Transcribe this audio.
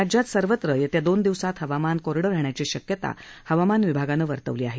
राज्यात सर्वत्र येत्या दोन दिवसात हवामान कोरडं राहण्याची शक्यता हवामान विभागानं वर्तवली आहे